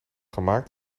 gemaakt